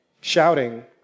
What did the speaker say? shouting